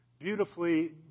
beautifully